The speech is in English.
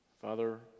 Father